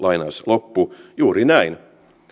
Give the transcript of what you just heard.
juuri näin